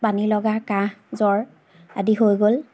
পানী লগা কাহ জ্বৰ আদি হৈ গ'ল